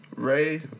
Ray